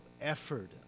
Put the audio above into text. effort